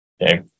Okay